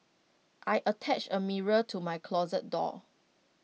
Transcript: I attached A mirror to my closet door